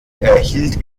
erhielt